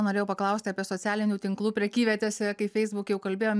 norėjau paklausti apie socialinių tinklų prekyvietėse kaip feisbuke jau kalbėjom